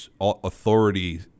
authority